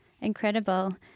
incredible